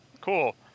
cool